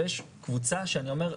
ויש קבוצה שאני אומר,